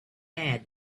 had